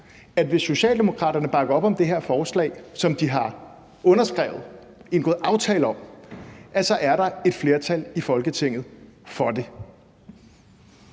at hvis Socialdemokraterne bakker op om det her forslag, som de har underskrevet og indgået aftale om, så er der et flertal i Folketinget for det?